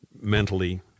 mentally